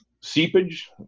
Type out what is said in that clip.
seepage